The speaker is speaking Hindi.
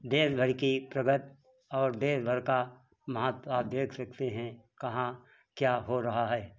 देश भर की प्रगति और देश भर का महत्व आप देख सकते हैं कहाँ क्या हो रहा है